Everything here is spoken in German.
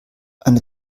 eine